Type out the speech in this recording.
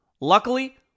Luckily